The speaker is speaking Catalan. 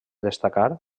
destacar